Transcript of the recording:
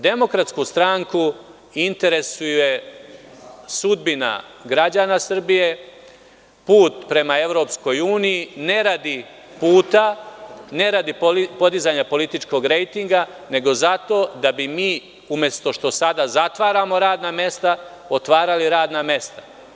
Demokratsku stranku interesuje sudbina građana Srbije, put prema EU, ne radi puta, ne radi podizanja političkog rejtinga, nego zato da bi mi umesto što sada zatvaramo radna mesta, otvarali radna mesta.